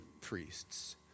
priests